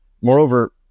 Moreover